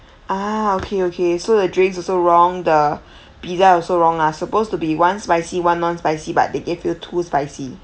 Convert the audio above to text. ah okay okay so the drinks also wrong the pizza also wrong ah supposed to be one spicy one non spicy but they gave you two spicy